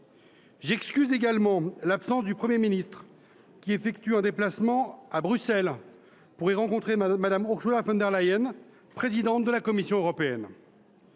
J’excuse également l’absence de M. le Premier ministre, qui effectue un déplacement à Bruxelles pour y rencontrer Mme Ursula von der Leyen, présidente de la Commission européenne.